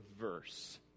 Verse